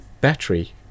battery